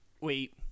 wait